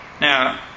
Now